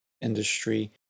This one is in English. industry